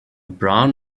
brown